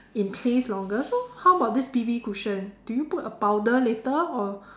in place longer so how about this B_B cushion do you put a powder later or